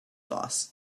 boss